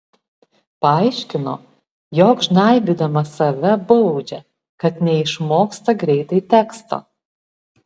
paaiškino jog žnaibydama save baudžia kad neišmoksta greitai teksto